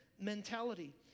mentality